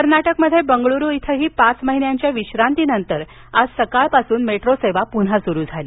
कर्नाटकमध्ये बंगळूरू इथंही पाच महिन्यांच्या विश्रांतीनंतर आज सकाळपासून मेट्रो सेवा पुन्हा सुरु झाली